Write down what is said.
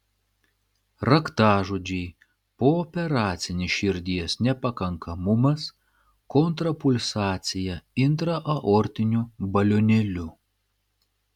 raktažodžiai pooperacinis širdies nepakankamumas kontrapulsacija intraaortiniu balionėliu